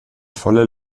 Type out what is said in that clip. voller